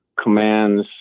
commands